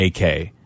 AK